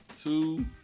Two